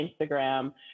Instagram